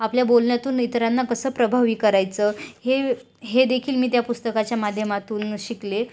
आपल्या बोलण्यातून इतरांना कसं प्रभावी करायचं हे हे देखील मी त्या पुस्तकाच्या माध्यमातून शिकले